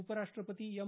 उपराष्ट्रपती एम